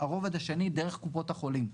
הרובד השני דרך קופות החולים.